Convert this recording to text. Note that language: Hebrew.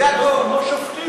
זה הכול.